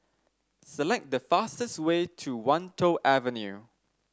select the fastest way to Wan Tho Avenue